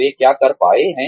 वे क्या कर पाए हैं